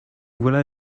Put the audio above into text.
voilà